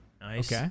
Nice